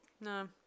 No